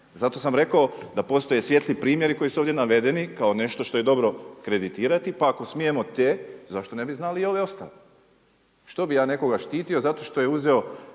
Zato sam rekao da postoje svijetli primjeri koji su ovdje navedeni kao nešto što je dobro kreditirati, pa ako smijemo te zašto ne bi znali i ove ostale. Što bih ja nekoga štitio zato što je uzeo